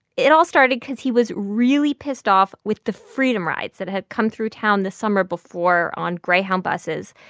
it all started because he was really pissed off with the freedom rides that had come through town the summer before on greyhound buses.